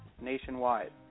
nationwide